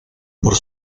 por